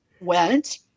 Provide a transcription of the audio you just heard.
went